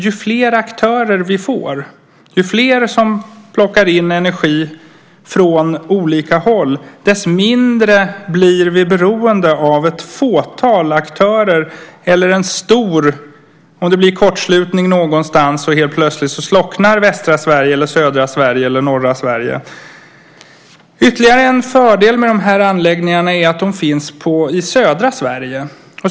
Ju fler aktörer vi får, ju fler som plockar in energi från olika håll, desto mindre blir vi beroende av ett fåtal aktörer eller en stor, om det blir kortslutning någonstans och västra, östra, södra eller norra Sverige helt plötsligt slocknar. Ytterligare en fördel med de här anläggningarna är att de finns i södra Sverige.